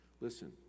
listen